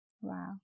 wow